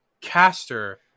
caster